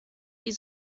die